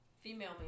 female